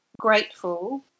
grateful